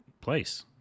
place